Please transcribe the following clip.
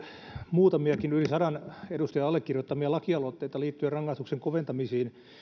muutamiakin yli sadan edustajan allekirjoittamia lakialoitteita liittyen rangaistuksen koventamisiin